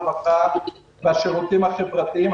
הרווחה והשירותים החברתיים.